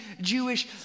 Jewish